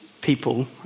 people